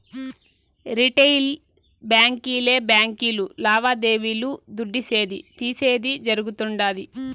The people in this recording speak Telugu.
రిటెయిల్ బాంకీలే బాంకీలు లావాదేవీలు దుడ్డిసేది, తీసేది జరగుతుండాది